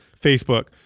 Facebook